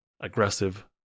aggressive